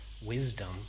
wisdom